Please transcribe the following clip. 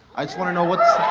i just want to know what's